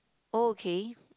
oh okay